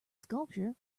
sculpture